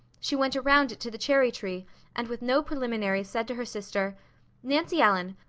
she went around it to the cherry tree and with no preliminaries said to her sister nancy ellen,